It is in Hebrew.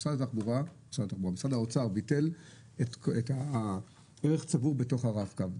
משרד האוצר ביטל את הערך הצבור בתך הר-קו.